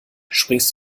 springst